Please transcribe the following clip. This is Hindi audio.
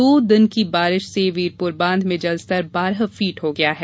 दो दिन की बारिश से वीरपुर बांध में जलस्तर बारह फीट हो गया है